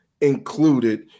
included